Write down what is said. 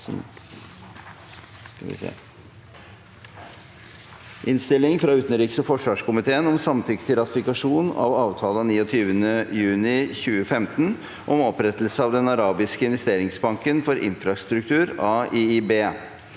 Innstilling fra utenriks- og forsvarskomiteen om sam- tykke til ratifikasjon av avtale av 29. juni 2015 om oppret- telse av Den asiatiske investeringsbanken for infrastruk- tur (AIIB)